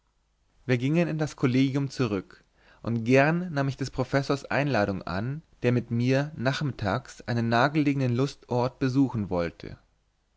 wir gingen in das kollegium zurück und gern nahm ich des professors einladung an der mit mir nachmittags einen nahgelegenen lustort besuchen wollte